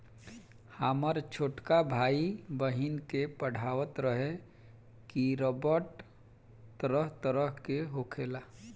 हामर छोटका भाई, बहिन के पढ़ावत रहे की रबड़ तरह तरह के होखेला